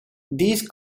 those